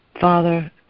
Father